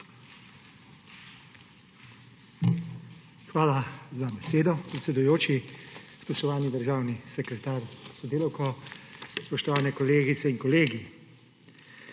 Hvala za besedo, predsedujoči. Spoštovani državni sekretar s sodelavko, spoštovane kolegice in kolegi!